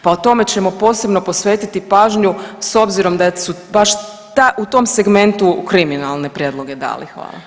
Pa o tome ćemo posebno posvetiti pažnju s obzirom da su baš u tom segmentu kriminalne prijedloge dali.